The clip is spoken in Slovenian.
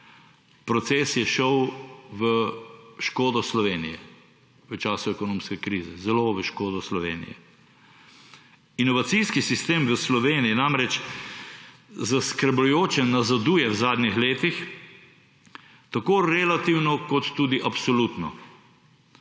Proces je šel v škodo Slovenije v času ekonomske krize, zelo v škodo Slovenije. Inovacijski sistem v Sloveniji namreč zaskrbljujoče nazaduje v zadnjih letih tako relativno kot tudi absolutno.